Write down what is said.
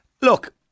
Look